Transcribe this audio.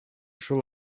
шул